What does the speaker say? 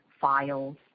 files